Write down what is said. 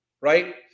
right